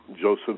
Joseph